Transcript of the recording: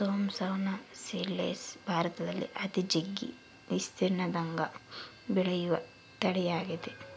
Thompson seedless ಭಾರತದಲ್ಲಿ ಅತಿ ಜಗ್ಗಿ ವಿಸ್ತೀರ್ಣದಗ ಬೆಳೆಯುವ ತಳಿಯಾಗೆತೆ